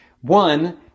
one